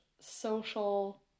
social